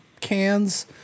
cans